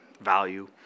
value